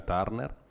Turner